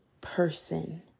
person